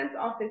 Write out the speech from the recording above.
office